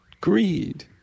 greed